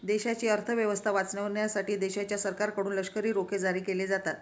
देशाची अर्थ व्यवस्था वाचवण्यासाठी देशाच्या सरकारकडून लष्करी रोखे जारी केले जातात